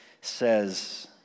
says